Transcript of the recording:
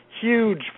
huge